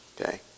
okay